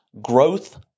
Growth